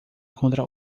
contra